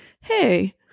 hey